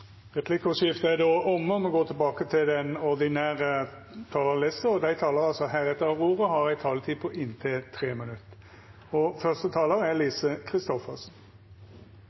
Replikkordskiftet er omme. Dei talarane som heretter får ordet, har ei taletid på inntil 3 minutt.